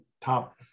top –